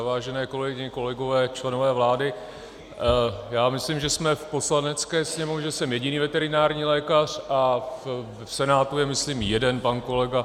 Vážené kolegyně, kolegové, členové vlády, já myslím, že jsem v Poslanecké sněmovně jediný veterinární lékař a v Senátu je myslím jeden pan kolega.